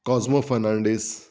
Cosmo Fernandes